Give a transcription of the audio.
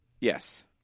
Yes